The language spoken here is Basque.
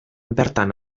bertan